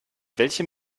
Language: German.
welchem